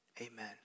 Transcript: amen